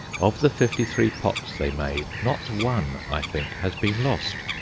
of the fifty-three pots they made, not one, i think, has been lost.